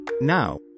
Now